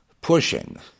pushing